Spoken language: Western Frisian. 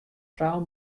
frou